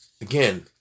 Again